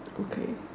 okay